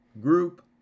group